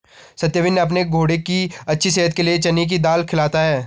सत्यवीर ने अपने घोड़े की अच्छी सेहत के लिए चने की दाल खिलाता है